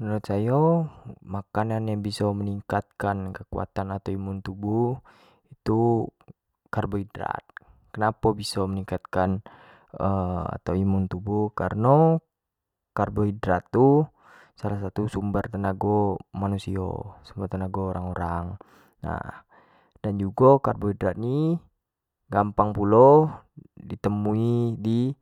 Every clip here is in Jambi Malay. Menurut sayo makanan yang biso meningkatkan kekuatan imun tubuh tu karbohidrat, kenapo biso meningkatkan imun tubuh kareno karbohidrat itu salah satu sumber tenago manusio, sumber tenago orang-orang, nah dan jugo karbohidrat ni gampang pulo, di temui di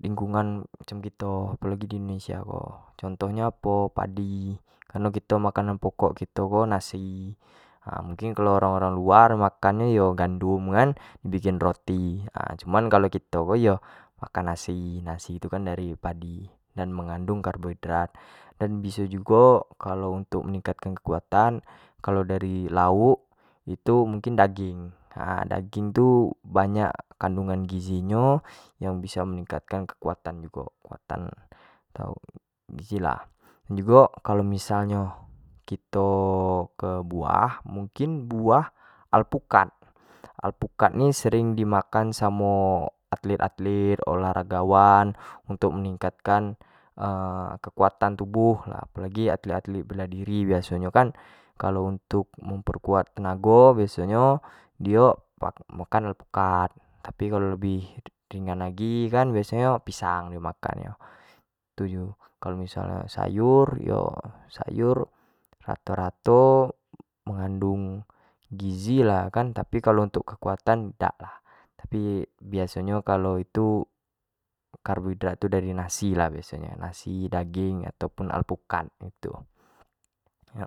lingkungan macam kito, apo lagi di indonesia ko, contoh nyo apo, padi, kalau kito makanan pokok kito ko nasi mungkin kalau orang-orang luar makan yo gandum kan di jadi kan roti, cumin kalau kito ko yo makan nasi, nasi dari padi yang mengandung karbohidrat, dan biso jugo kalau untuk meningkatkan kekuatan dari lauk, itu munngkindaging daging tu banyak kandungan gizi nyo yang biso meningkatkan kekuatan jugo, kekuatan tau gizi lah, dan jugo kalau misalnyo kito ke buah, mungkin buah alpukat, alpukat ni sering di makan samo atlit-atlit, olahragawan, untuk meningkatkan kekuatan tubuh apo lagi atlit-atlit bela diri biaso kan kalau untuk memperkuat tenago biaso nyo, dio makan alpukat, kalau lebih ringan lagi biaso nyo kan pisang yang di makan nyo itu dio kalau misal nyo sayur yo sayur rato-rato mengandung gizi lah kalau untuk kekuatan tu idak lah, biaso nyo karbohidrat dari nasi lah, daging alpukat gitu lah.